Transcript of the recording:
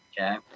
Okay